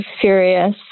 furious